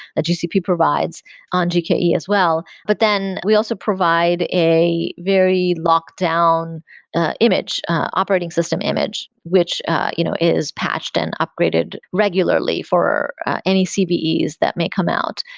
the jcp provides on gke as well. but then we also provide a very locked down ah image, operating system image, which you know is patched and upgraded regularly for any cbes that may come out.